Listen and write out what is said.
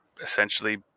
essentially